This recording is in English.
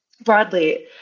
broadly